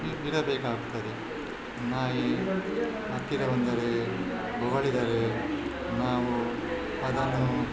E ಇರಬೇಕಾಗ್ತದೆ ನಾಯಿ ಹತ್ತಿರ ಬಂದರೆ ಬೊಗಳಿದರೆ ನಾವು ಅದನ್ನು